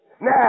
Now